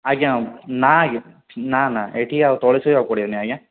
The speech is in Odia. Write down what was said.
ଆଜ୍ଞା ନା ଆଜ୍ଞା ନା ନା ଏଇଠି ଆଉ ତଳେ ଶୋଇବାକୁ ପଡ଼ିବନି ଆଜ୍ଞା